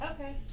Okay